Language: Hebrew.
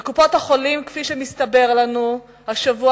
וקופות-החולים, כפי שמסתבר לנו השבוע,